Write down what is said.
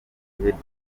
igihecom